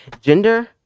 Gender